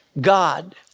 God